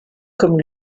comme